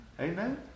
Amen